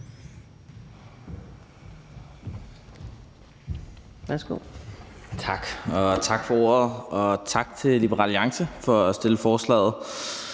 Tak for ordet, og tak til Enhedslisten for at fremsætte forslaget,